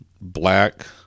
Black